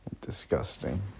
disgusting